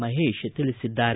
ಮಹೇಶ್ ತಿಳಿಸಿದ್ದಾರೆ